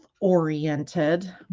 oriented